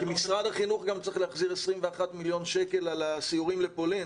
כי משרד החינוך גם צריך להחזיר 21 מיליון שקל על הסיורים לפולין.